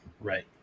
Right